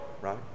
right